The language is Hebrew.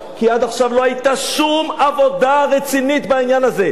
כי עד עכשיו לא היתה שום עבודה רצינית בעניין הזה.